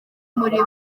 muri